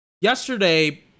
yesterday